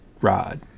rod